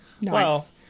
Nice